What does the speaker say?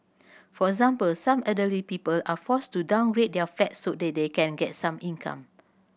for example some elderly people are forced to downgrade their flats so that they can get some income